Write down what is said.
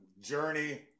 Journey